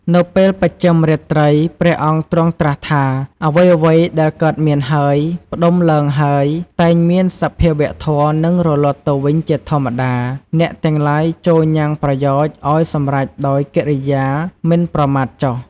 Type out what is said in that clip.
នៅពេលបច្ចឹមរាត្រី ព្រះអង្គទ្រង់ត្រាស់ថា "អ្វីៗដែលកើតមានហើយ ផ្តុំឡើងហើយ តែងមានសភាវៈធម៌ និងរលត់ទៅវិញជាធម្មតា អ្នកទាំងឡាយចូរញ៉ាំងប្រយោជន៍ឲ្យសម្រេចដោយកិរិយាមិនប្រមាទចុះ"។